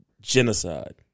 genocide